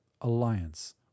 Alliance